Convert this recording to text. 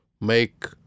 make